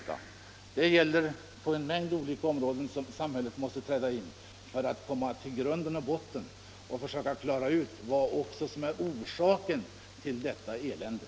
Liksom när det gäller en mängd andra problem i samhället måste vi här gå till grunden och försöka utreda vad som är orsaken till eländet.